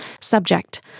Subject